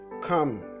Come